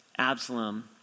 Absalom